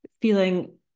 feeling